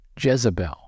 Jezebel